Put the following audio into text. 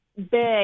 Big